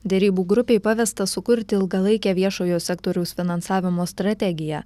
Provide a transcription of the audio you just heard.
derybų grupei pavesta sukurti ilgalaikę viešojo sektoriaus finansavimo strategiją